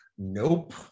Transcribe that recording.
nope